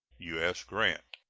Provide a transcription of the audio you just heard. u s. grant.